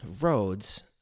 roads